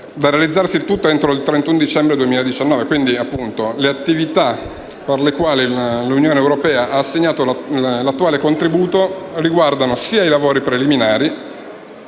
da realizzarsi entro il 31 dicembre 2019. Le attività alle quali l'Unione europea ha assegnato l'attuale contributo riguardano sia i lavori preliminari,